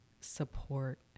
support